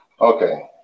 Okay